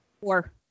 Four